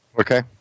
Okay